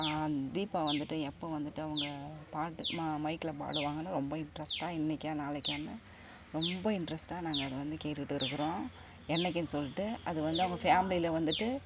தீபா வந்துவிட்டு எப்போ வந்துவிட்டு அவங்க பாட் ம மைக்கில் பாடுவாங்கன்னு ரொம்ப இன்ட்ரஸ்ட்டாக இன்னைக்கா நாளைக்கான்னு ரொம்ப இன்ட்ரஸ்ட்டாக நாங்கள் அதை வந்து கேட்டுக்கிட்டு இருக்கிறோம் என்னக்குன்னு சொல்லிட்டு அது வந்து அவங்க ஃபேமிலியில வந்துவிட்டு